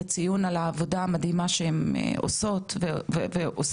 הציון על העבודה המדהימה שהן עושות ועושים.